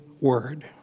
word